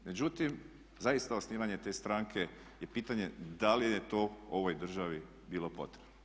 Međutim, zaista osnivanje te stranke je pitanje da li je to ovoj državi bilo potrebno?